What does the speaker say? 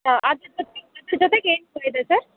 ಹಾಂ ಅದ್ರ ಜೊತಿಗೆ ಅದ್ರ ಜೊತೆಗೆ ಏನು ಹೂವು ಇದೆ ಸರ್